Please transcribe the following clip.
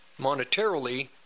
monetarily